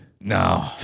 No